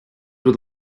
were